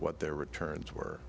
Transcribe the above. what their returns were